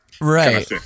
right